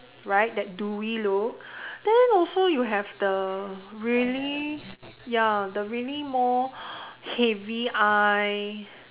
right that dewy look then also you have the really ya the really more heavy eye